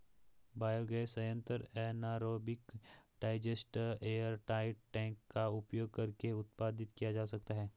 biogas संयंत्र anaerobic digester airtight tank का उपयोग करके उत्पादित किया जा सकता है